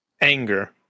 anger